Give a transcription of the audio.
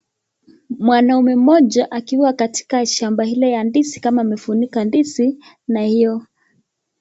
Mwanaume mmoja akiwa katika shamba ile ya ndizi kama amefunika ndizi na hiyo karatasi.